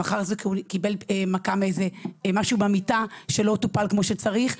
מחר זה מכה מהמיטה שלא טופלה כמו שצריך,